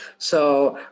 so,